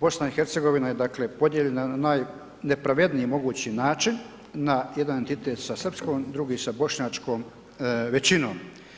Bosna i Hercegovina je dakle podijeljena na najnepravedniji mogući način, na jedan identitet sa srpskom, drugi sa bošnjačkom većinom.